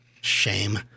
Shame